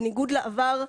בניגוד לעבר,